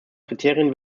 kriterien